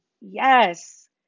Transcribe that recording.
Yes